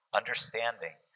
understanding